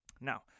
Now